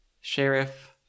Sheriff